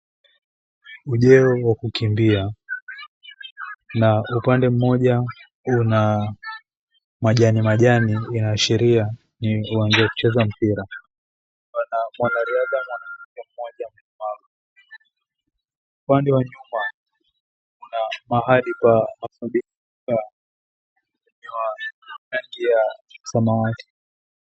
Ujeo wa kukikimbia na upande mmoja una majani majani inaashiria ni uwanja wa kucheza mpira pana mwanariadha mwanaume mmoja mlemavu. Upande wa nyuma kuna mahali pa mafundisho wenye rangi ya samawati.